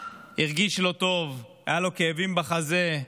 הרגיש לא טוב, היו לו כאבים בחזה,